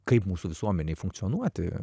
kaip mūsų visuomenei funkcionuoti